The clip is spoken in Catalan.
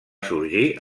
sorgir